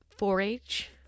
4-H